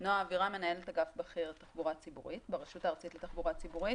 אני מנהלת אגף בכיר לתחבורה ציבורית ברשות הארצית לתחבורה ציבורית.